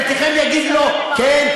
וחלקכם יגידו לו: כן,